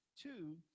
Two